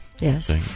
yes